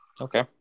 Okay